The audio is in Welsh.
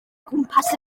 gwmpas